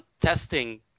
testing